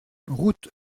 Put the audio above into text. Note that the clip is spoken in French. route